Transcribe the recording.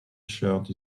shirt